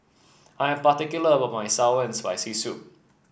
I am particular about my sour and Spicy Soup